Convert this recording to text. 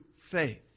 faith